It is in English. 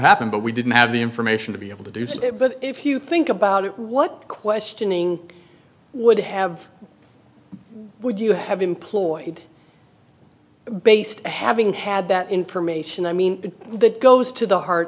happened but we didn't have the information to be able to do so but if you think about it what questioning would have would you have employed based having had that information i mean that goes to the heart